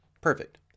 perfect